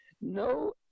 no